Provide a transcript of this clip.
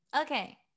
Okay